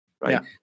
right